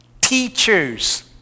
teachers